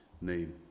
name